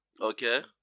Okay